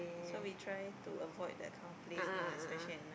so we try to avoid that kind of place lah especially at night